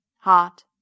hot